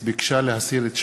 ז' בתמוז